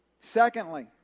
Secondly